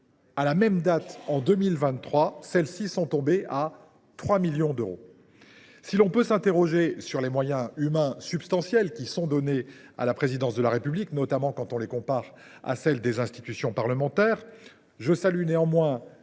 à la même date en 2023, elles sont tombées à 3 millions d’euros. Si l’on peut s’interroger sur les moyens humains substantiels qui sont donnés à la Présidence de la République, notamment quand on les compare à ceux des institutions parlementaires, je salue néanmoins